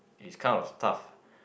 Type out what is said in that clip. is kind of tough